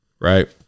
right